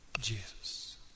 Jesus